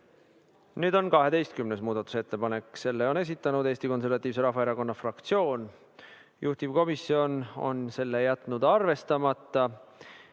Nüüd 12. muudatusettepanek. Selle on esitanud Eesti Konservatiivse Rahvaerakonna fraktsioon. Juhtivkomisjon on jätnud selle arvestamata.